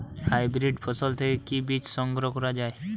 Hybrid ফসল থেকে কি বীজ সংগ্রহ করা য়ায়?